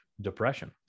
depression